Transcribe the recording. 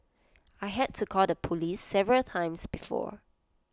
I had to call the Police several times before